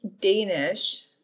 Danish